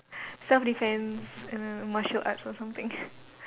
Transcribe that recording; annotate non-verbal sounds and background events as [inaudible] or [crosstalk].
self defence err martial arts or something [laughs]